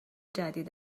جدید